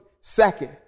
Second